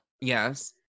Yes